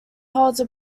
holds